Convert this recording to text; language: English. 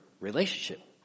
relationship